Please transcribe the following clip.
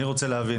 אני רוצה להבין.